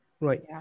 right